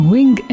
Wing